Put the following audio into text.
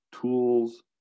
tools